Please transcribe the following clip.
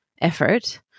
effort